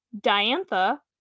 Diantha